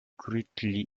greatly